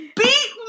beat